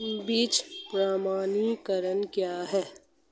बीज प्रमाणीकरण क्या है?